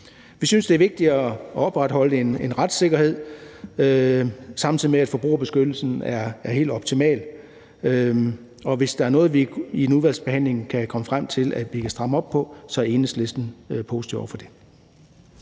Vi synes, det er vigtigere at opretholde en retssikkerhed, samtidig med at forbrugerbeskyttelsen er helt optimal, og hvis der er noget, vi i udvalgsbehandlingen kan komme frem til vi kan stramme op på, er Enhedslisten positive over for det.